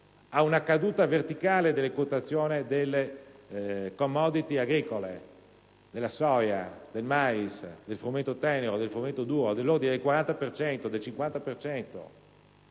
ad una caduta verticale delle quotazioni delle *commodities* agricole, della soia, del mais, del frumento tenero, del frumento duro, dell'ordine del 40-50